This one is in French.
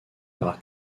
par